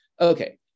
Okay